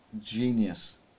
genius